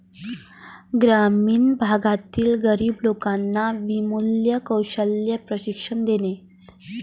ग्रामीण भागातील गरीब लोकांना विनामूल्य कौशल्य प्रशिक्षण देणे